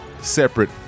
separate